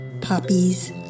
poppies